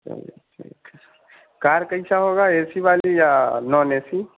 चलिए ठीक है कार कैसा होगा ए सी वाली या नॉन ए सी